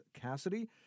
Cassidy